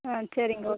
ஆ சரிங்க ஓகேங்க